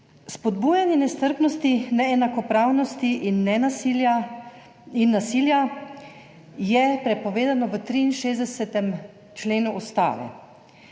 Spodbujanje nestrpnosti, neenakopravnosti in nasilja je prepovedano v 63. členu Ustave